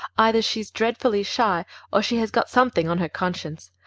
either she's dreadfully shy or she has got something on her conscience.